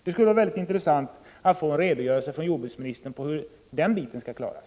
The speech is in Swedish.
Det skulle vara intressant att få en redogörelse från jordbruksministern av hur den saken skall klaras.